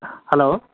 hello